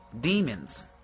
demons